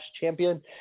Champion